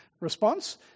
response